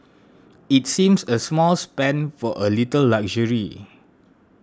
it seems a small spend for a little luxury